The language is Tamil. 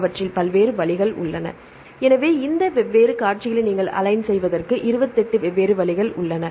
அவற்றில் பல்வேறு வழிகள் உள்ளன எனவே இந்த 2 வெவ்வேறு காட்சிகளை நீங்கள் அலைன் செய்வதற்கு 28 வெவ்வேறு வழிகள் உள்ளன